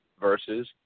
versus